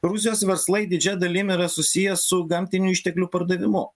rusijos verslai didžia dalim yra susiję su gamtinių išteklių pardavimu